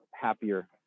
happier